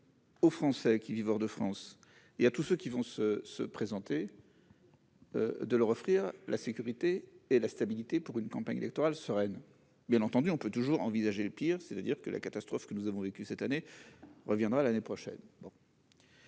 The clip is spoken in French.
aux Français qui vivent hors de France et à tous ceux qui vont se présenter la sécurité et la stabilité qui permettent une campagne électorale sereine. Bien entendu, on peut toujours envisager le pire, c'est-à-dire que la catastrophe que nous avons vécue ces derniers mois se reproduira l'année prochaine,